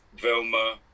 Velma